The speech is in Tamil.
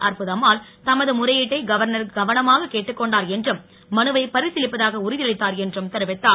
அற்புதம்மாள் தமது முறையீட்டை கவர்னர் கவனமாக கேட்டுக் கொண்டார் என்றும் மனுவை பரிசிலிப்பதாக உறுதியளித்தார் என்றும் தெரிவித்தார்